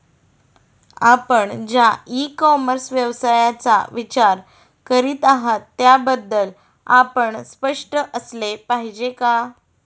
आपण ज्या e commerce व्यवसायाचा विचार करीत आहात त्याबद्दल आपण स्पष्ट असले पाहिजे का?